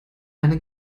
eine